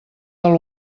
del